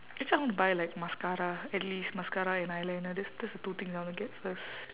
actually I want to buy like mascara at least mascara and eyeliner that's that's the two things I wanna get first